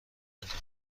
انتخاب